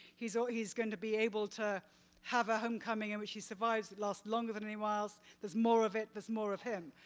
he's ah he's going to be able to have a homecoming in which he survives and last longer than he was, there's more of it, there's more of him.